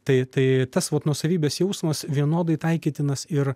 tai tai tas vat nuosavybės jausmas vienodai taikytinas ir